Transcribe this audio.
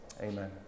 Amen